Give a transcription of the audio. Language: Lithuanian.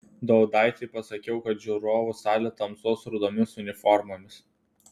daudaitei pasakiau kad žiūrovų salė tamsuos rudomis uniformomis